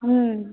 ம்